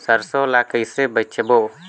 सरसो ला कइसे बेचबो?